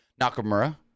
Nakamura